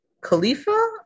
Khalifa